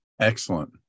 Excellent